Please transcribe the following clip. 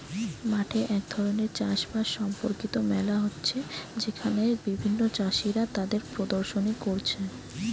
মাঠে এক ধরণের চাষ বাস সম্পর্কিত মেলা হচ্ছে যেখানে বিভিন্ন চাষীরা তাদের প্রদর্শনী কোরছে